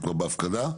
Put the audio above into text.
היא בהפקדה?